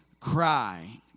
cry